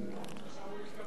עכשיו הוא משתמש בקרוונים.